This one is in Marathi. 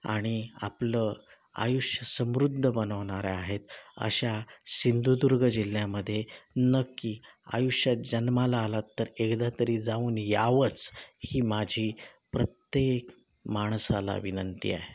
आणि आपलं आयुष्य समृद्ध बनवणाऱ्या आहेत अशा सिंधुदुर्ग जिल्ह्यामध्ये नक्की आयुष्यात जन्माला आलात तर एकदा तरी जाऊन यावंच ही माझी प्रत्येक माणसाला विनंती आहे